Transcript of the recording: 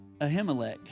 Ahimelech